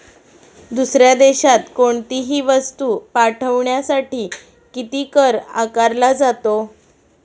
दुसऱ्या देशात कोणीतही वस्तू पाठविण्यासाठी किती कर आकारला जातो?